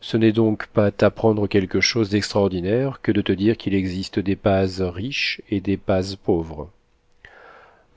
ce n'est donc pas t'apprendre quelque chose d'extraordinaire que de te dire qu'il existe des paz riches et des paz pauvres